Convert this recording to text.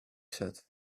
said